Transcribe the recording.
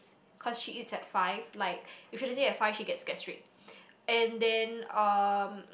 cause she eats at five like if she doesn't eat at five she gets gastric and then um